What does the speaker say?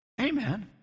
Amen